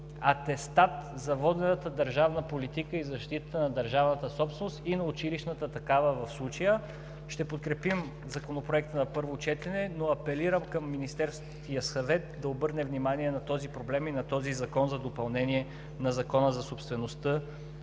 атестат за водената държавна политика и защитата на държавната собственост и на училищната такава в случая. Ще подкрепим Законопроекта на първо четене, но апелирам към Министерския съвет да обърне внимание на този проблем и на този закон за допълнение на Закона за собствеността